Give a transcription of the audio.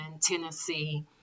Tennessee